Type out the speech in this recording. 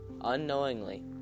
unknowingly